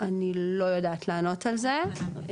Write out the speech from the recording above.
אני לא יודעת לענות על זה,